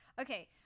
Okay